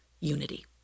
unity